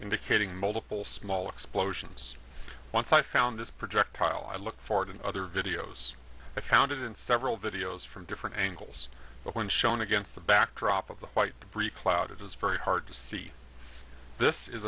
indicating multiple small explosions once i found this projectile i look forward in the other videos i found in several videos from different angles but when shown against the backdrop of the white debris cloud it is very hard to see this is